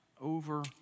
over